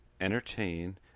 entertain